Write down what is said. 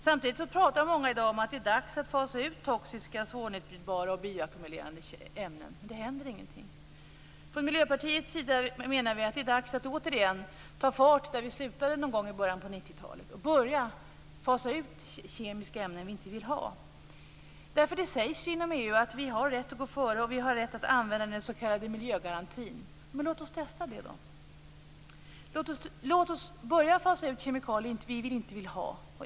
Samtidigt talar många i dag om att det är dags att fasa ut toxiska, svårnedbrytbara och bioackumulerande ämnen, men ingenting händer. Vi i Miljöpartiet menar att det är dags att återigen ta fart där vi någon gång i början av 90-talet slutade. Det är dags att börja fasa ut kemiska ämnen som vi inte vill ha. Inom EU sägs det ju att vi har rätt att gå före och att vi har rätt att använda den s.k. miljögarantin. Låt oss testa det! Låt oss börja att fasa ut kemikalier som vi inte vill ha.